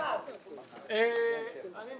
בגלל מה